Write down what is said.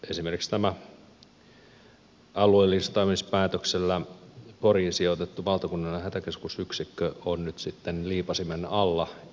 esimerkiksi tämä alueellistamispäätöksellä poriin sijoitettu valtakunnallinen hätäkeskusyksikkö on nyt sitten liipaisimen alla